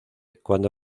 cuando